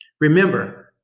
Remember